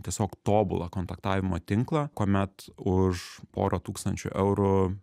tiesiog tobulą kontaktavimo tinklą kuomet už porą tūkstančių eurų